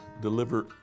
deliver